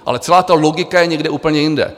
Ale celá ta logika je někde úplně jinde.